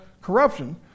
corruption—